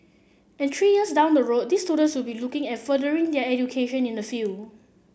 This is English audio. and three years down the road these students will be looking at furthering their education in the field